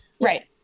Right